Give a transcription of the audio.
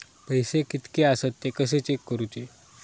पैसे कीतके आसत ते कशे चेक करूचे?